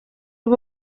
ubu